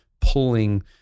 pulling